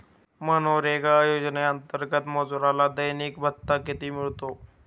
मनरेगा योजनेअंतर्गत मजुराला दैनिक भत्ता किती मिळतो?